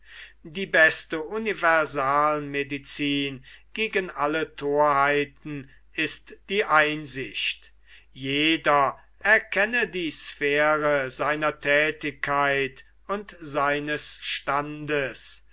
die beste universalmedicin gegen alle thorheiten ist die einsicht jeder erkenne die sphäre seiner thätigkeit und seines standes